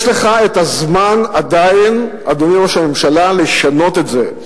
יש לך זמן עדיין, אדוני ראש הממשלה, לשנות את זה.